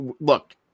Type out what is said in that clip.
look